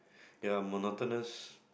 ya monotonous